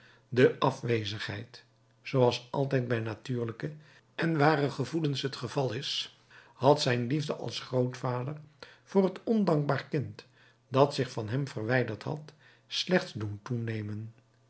de afwezigheid zooals altijd bij natuurlijke en ware gevoelens het geval is had zijn liefde als grootvader voor het ondankbaar kind dat zich van hem verwijderd had slechts doen toenemen